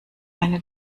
eine